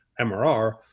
MRR